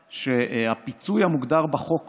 והפיצוי המוגדר בחוק